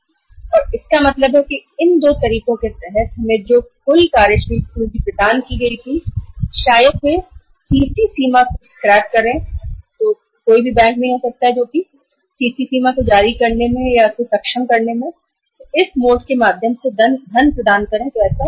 और इसका मतलब है कार्यशील पूँजी इन्हीं दो तरीकों के तहत प्रदान की जाएगी और हो सकता है सीसी लिमिट को पूरी तरह से हटा दिया जाए ताकि कोई भी या कोई भी बैंक इस विधि से फंड न प्रदान कर सके